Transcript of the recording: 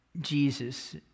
Jesus